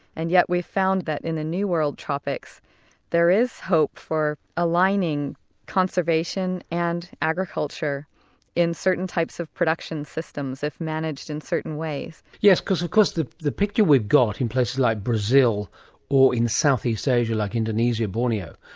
and yet we've found that in the new world tropics there is hope for aligning conservation and agriculture in certain types of production systems, if managed in certain ways. yes, because of course the the picture we've got in places like brazil or in southeast asia, like indonesia or borneo,